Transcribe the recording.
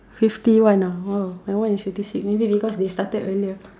fifty one ah !wow! my one is fifty six maybe because they started earlier